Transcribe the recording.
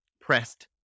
pressed